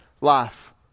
life